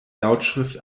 lautschrift